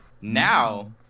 now